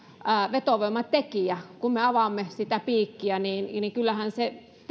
vetovoimatekijä kun me avaamme sitä piikkiä niin niin kyllähän se